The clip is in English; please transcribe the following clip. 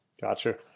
Gotcha